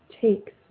takes